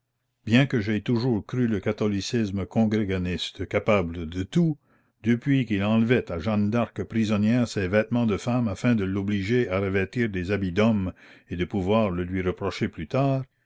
bien que j'aie toujours cru le catholicisme congréganiste capable de tout depuis qu'il enlevait à jeanne d'arc prisonnière ses vêtements de femme afin de l'obliger à revêtir des habits d'homme et de pouvoir le lui reprocher plus tard